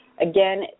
Again